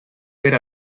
ver